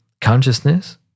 consciousness